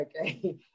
Okay